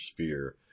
sphere